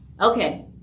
Okay